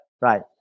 Right